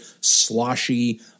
sloshy